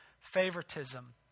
favoritism